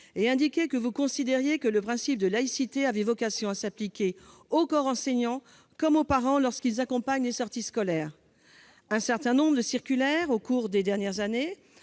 et indiqué que vous considériez que le principe de laïcité avait vocation à s'appliquer au corps enseignant comme aux parents lorsqu'ils accompagnent les sorties scolaires. Un certain nombre de circulaires, au cours des dernières années,